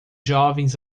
jovens